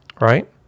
right